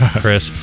Chris